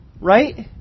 Right